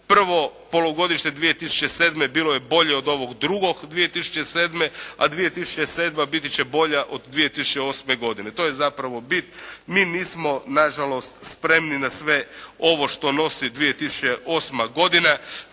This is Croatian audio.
prvo polugodište 2007. bilo je bolje od ovog drugog 2007. a 2007. biti će bolja od 2008. godine. To je zapravo bit. Mi nismo nažalost spremni na sve ovo što nosi 2008. godina.